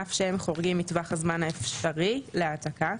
אף שהם חורגים מטווח הזמן האפשרי להעתקה,